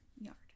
Yard